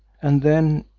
and then,